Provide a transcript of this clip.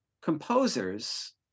composers